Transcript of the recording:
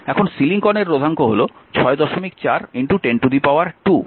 এখন সিলিকনের রোধাঙ্ক 64102